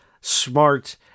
smart